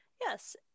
yes